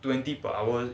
twenty per hour